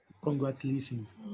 Congratulations